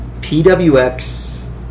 PWX